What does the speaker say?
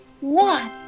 one